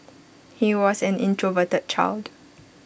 he was an introverted child